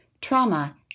trauma